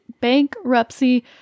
bankruptcy